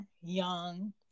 Young